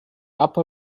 upper